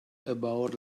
about